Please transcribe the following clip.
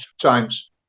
Times